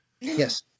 Yes